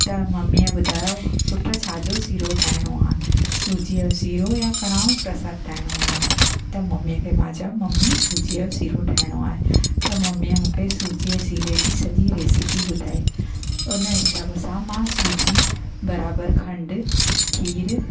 त ममीअ ॿुधायो पुट छाजो सीरो ठाहिणो आहे सूजीअ जो सीरो या कड़ाह प्रसाद ठाहिणो आहे त ममीअ खे मां चयो ममी सूजीअ जो सीरो ठाहिणो आहे त ममीअ मूंखे सूजी जे सीरे जी सॼी रेसिपी ॿुधाई उन हिसाब सां मां सूजी बराबरि खंडु खीरु